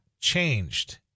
changed